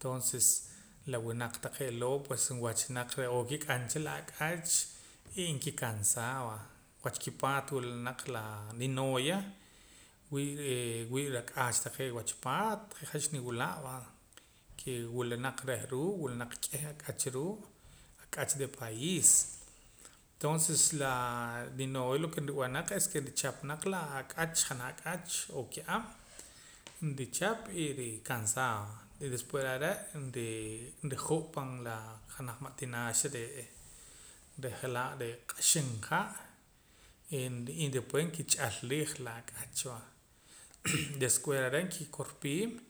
tonces la wunaq taqee' loo' pues wach naq n'oo kik'am cha la ak'ach y nkikansaa va wach nkipaat naq wula naq laa ninooya wii' ree' wii' rak'aach taqee' wach paat han xniwila' va ke wila naq reh ruu' wila naq k'eh ak'ach ruu' ak'ach del pais tonces laa ninooya lo ke nrub'an naq es ke richap naq la akach janaj ak'ach o ka'ab' nrichap y nriikansaa va y después reh are' nrii nriju' pan la janaj ma' tinaaxa re'ee reh je'laa reh q'axin ha' y después nkich'al riij la ak'ach va después reh are' nkikorpiim